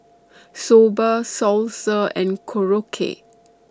Soba Salsa and Korokke